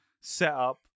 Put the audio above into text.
setup